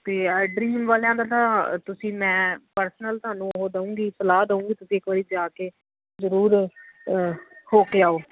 ਅਤੇ ਆਈਡਰੀਮ ਵਾਲਿਆਂ ਦਾ ਤਾਂ ਤੁਸੀਂ ਮੈਂ ਪਰਸਨਲ ਤੁਹਾਨੂੰ ਉਹ ਦਊਂਗੀ ਸਲਾਹ ਦਊਂਗੀ ਤੁਸੀਂ ਇੱਕ ਵਾਰੀ ਜਾ ਕੇ ਜ਼ਰੂਰ ਹੋ ਕੇ ਆਓ